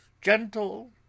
gentle